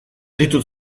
ditut